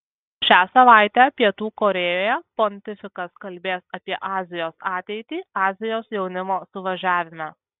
šią savaitę pietų korėjoje pontifikas kalbės apie azijos ateitį azijos jaunimo suvažiavime